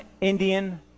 Indian